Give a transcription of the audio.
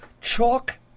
chalk